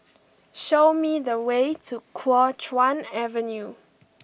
show me the way to Kuo Chuan Avenue